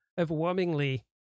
overwhelmingly